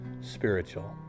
spiritual